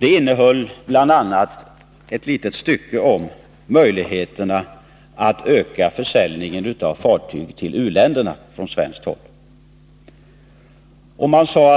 Den innehöll bl.a. ett litet stycke om möjligheterna att bygga fartyg för försäljning till u-länderna. Man sade